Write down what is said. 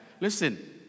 Listen